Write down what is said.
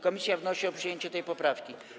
Komisja wnosi o przyjęcie tej poprawki.